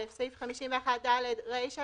(א) סעיף 51ד רישה,